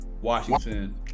Washington